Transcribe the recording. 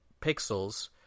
Pixels